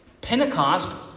Pentecost